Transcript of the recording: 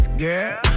Girl